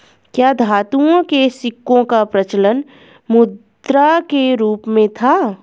क्या धातुओं के सिक्कों का प्रचलन मुद्रा के रूप में था?